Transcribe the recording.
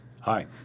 Hi